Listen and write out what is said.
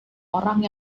orang